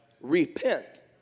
Repent